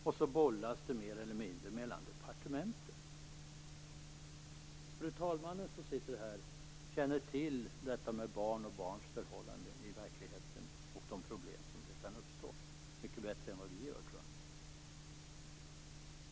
Den bollas mer eller mindre mellan departementen. Andre vice talmannen, som sitter här, känner till detta med barn och barns förhållanden i verkligheten och de problem som kan uppstå, troligen mycket bättre än vad vi gör.